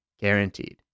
guaranteed